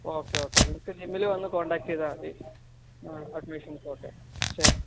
okay okay നിങ്ങൾക്ക് ജിമ്മിൽ വന്ന് കോണ്ടാക്ട ചെയ്താൽ മതി ആ അഡ്മിഷൻസൊക്കെ ശരി